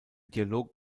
dialog